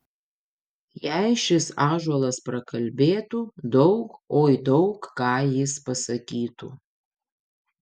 jei šis ąžuolas prakalbėtų daug oi daug ką jis pasakytų